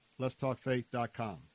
Let'sTalkFaith.com